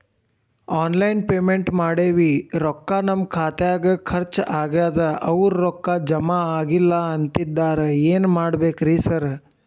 Online payment ಮಾಡೇವಿ ರೊಕ್ಕಾ ನಮ್ ಖಾತ್ಯಾಗ ಖರ್ಚ್ ಆಗ್ಯಾದ ಅವ್ರ್ ರೊಕ್ಕ ಜಮಾ ಆಗಿಲ್ಲ ಅಂತಿದ್ದಾರ ಏನ್ ಮಾಡ್ಬೇಕ್ರಿ ಸರ್?